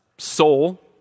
soul